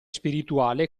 spirituale